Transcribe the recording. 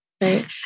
right